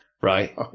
right